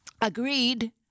agreed